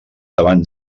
davant